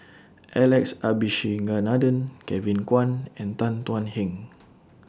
Alex Abisheganaden Kevin Kwan and Tan Thuan Heng